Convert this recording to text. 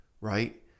right